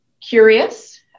curious